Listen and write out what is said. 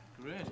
Great